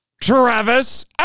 Travis